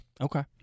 Okay